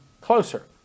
closer